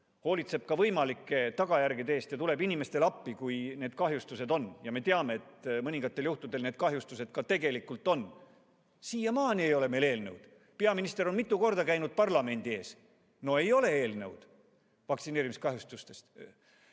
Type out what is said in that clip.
hoolitseb võimalike tagajärgede eest ja tuleb inimestele appi, kui kaasnevad kahjustused. Me teame, et mõningatel juhtudel neid kahjustusi tegelikult on. Siiamaani ei ole meil eelnõu! Peaminister on mitu korda käinud parlamendi ees. No ei ole eelnõu vaktsineerimiskahjustuste